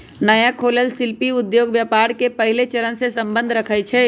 नया खोलल शिल्पि उद्योग व्यापार के पहिल चरणसे सम्बंध रखइ छै